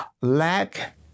lack